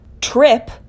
trip